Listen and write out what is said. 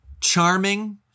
charming